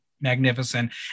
magnificent